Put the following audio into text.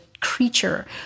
creature